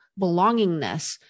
belongingness